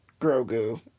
Grogu